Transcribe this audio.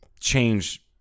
change